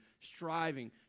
Striving